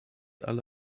alle